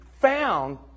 found